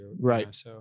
Right